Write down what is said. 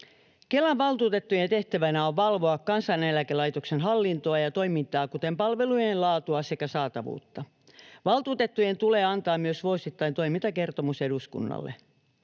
Kelan valtuutettujen tehtävänä on valvoa Kansaneläkelaitoksen hallintoa ja toimintaa, kuten palvelujen laatua sekä saatavuutta. Valtuutettujen tulee antaa myös vuosittain toimintakertomus eduskunnalle.